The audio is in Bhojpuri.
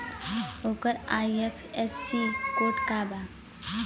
ओकर आई.एफ.एस.सी कोड का बा?